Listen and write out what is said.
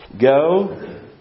Go